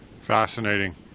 Fascinating